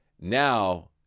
now